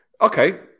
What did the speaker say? Okay